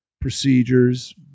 procedures